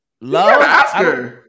love